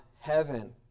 heaven